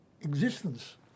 existence